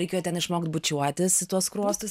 reikėjo ten išmokt bučiuotis į tuos skruostus